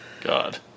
God